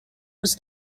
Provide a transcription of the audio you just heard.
was